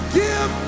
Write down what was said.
give